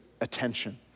attention